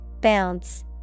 Bounce